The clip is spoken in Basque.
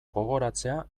gogoratzea